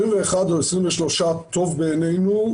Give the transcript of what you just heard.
21 או 23 טוב בעינינו,